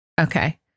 Okay